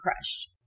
crushed